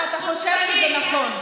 פטפטנית.